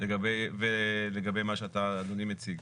לעומת מה שאדוני מציג.